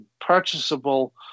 purchasable